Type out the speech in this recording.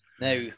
now